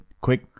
quick